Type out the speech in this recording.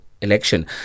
election